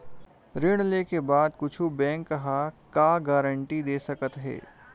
ऋण लेके बाद कुछु बैंक ह का गारेंटी दे सकत हे?